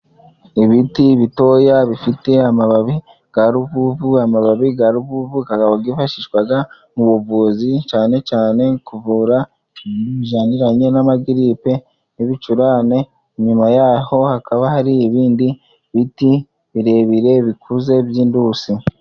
Ibiti bitoya bifite amababi ga ruvuvu. Amababi ga ruvuvu gakaba gifashishwaga mu buvuzi, cyane cyane kuvura ibijaniranye n'amagiripe n'ibicurane. Inyuma yaho hakaba hari ibindi biti birebire bikuze by'indusi.